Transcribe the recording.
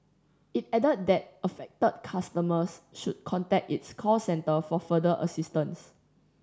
it added that affected customers should contact its call centre for further assistance